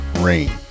rain